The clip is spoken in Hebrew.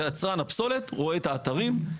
יצרן הפסולת רואה את האתרים.